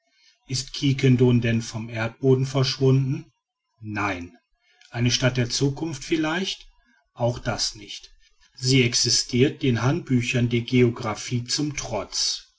ist quiquendone denn vom erdboden verschwunden nein eine stadt der zukunft vielleicht auch das nicht sie existirt den handbüchern der geographie zum trotz